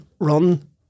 run